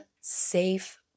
safe